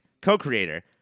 co-creator